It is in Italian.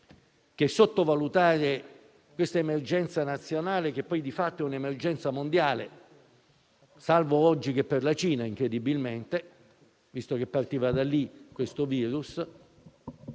sottovalutare questa emergenza nazionale, che poi di fatto è un'emergenza mondiale - salvo oggi che per la Cina incredibilmente, visto che il virus